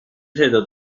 تعداد